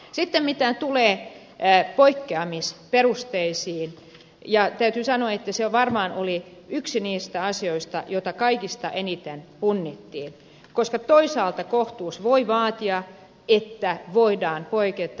sitten mitä tulee poikkeamisperusteisiin täytyy sanoa että se varmaan oli yksi niistä asioista joita kaikista eniten punnittiin koska toisaalta kohtuus voi vaatia että näistä voidaan poiketa